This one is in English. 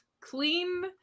clean